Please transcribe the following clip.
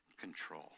control